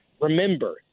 remember